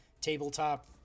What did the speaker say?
tabletop